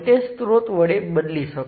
જે તમારે બે પોર્ટમાં સ્પષ્ટ કરવાની જરૂર છે